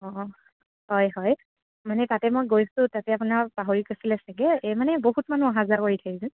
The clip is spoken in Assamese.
অঁ হয় হয় মানে তাতে মই গৈছোঁ তাতে আপোনাৰ পাহৰি গৈছিলে চাগে এই মানে বহুত মানুহ অহা যোৱা কৰি থাকে যে